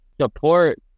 Support